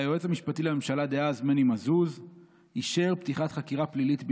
היועץ המשפטי לממשלה דאז מני מזוז אישר פתיחת חקירה פלילית בעניינו.